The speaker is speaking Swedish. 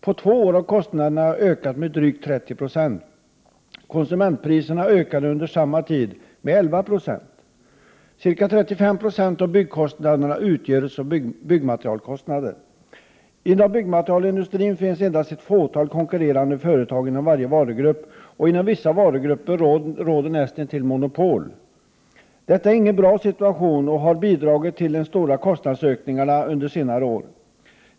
På två år har kostnaderna ökat med drygt 30 26. Konsumentpriserna har under samma tid ökat med 11 Jo. Ca 35 Jo av byggkostnaderna utgörs av byggmaterialkostnader. Inom byggmaterialindustrin finns det endast ett fåtal konkurrerande företag inom varje varugrupp. Inom vissa varugrupper råder näst intill monopol. Det är inte en bra situation. I stället har detta bidragit till de stora kostnadsökningarna under senare år.